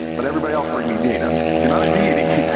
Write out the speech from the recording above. but everybody else bring me data. you're not a deity.